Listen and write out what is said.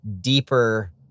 deeper